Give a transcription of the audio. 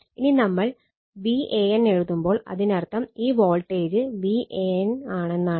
ഇനി നമ്മൾ Van എഴുതുമ്പോൾ അതിനർത്ഥം ഈ വോൾട്ടേജ് Van ആണെന്നാണ്